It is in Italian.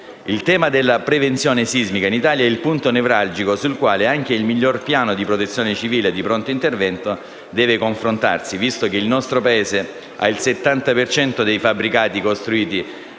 Il tema della prevenzione sismica in Italia è il punto nevralgico su cui anche il miglior piano di protezione civile e di pronto intervento deve confrontarsi, visto che in Italia il 70 per cento dei fabbricati è stato